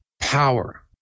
power